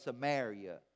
Samaria